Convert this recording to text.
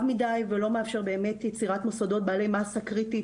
מדי ולא מאפשר באמת יצירת מוסדות בעלי מסה קריטית